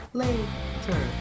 later